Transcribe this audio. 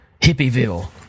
hippieville